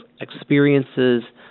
experiences